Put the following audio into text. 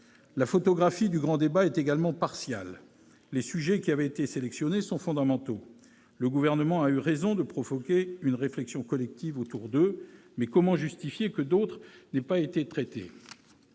La photographie du grand débat est également partiale. Les sujets qui avaient été sélectionnés sont fondamentaux. Le Gouvernement a eu raison de provoquer une réflexion collective autour d'eux. Mais comment justifier que d'autres n'aient pas été traités ?